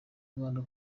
rwanda